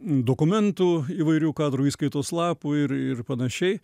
dokumentų įvairių kadrų įskaitos lapų ir ir panašiai